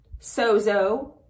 sozo